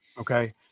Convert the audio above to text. Okay